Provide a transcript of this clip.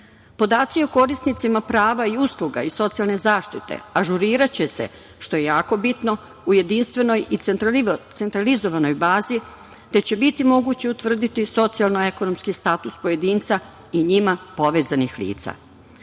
o korisnicima prava i usluga iz socijalne zaštite ažuriraće se, što je jako bitno, u jedinstvenoj i centralizovanoj bazi, te će biti moguće utvrditi socijalno ekonomski status pojedinca i njima povezanih lica.